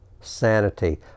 Sanity